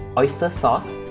oyster sauce